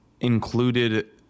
included